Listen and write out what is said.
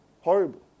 Horrible